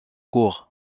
court